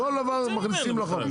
כל דבר מכניסים לחוק.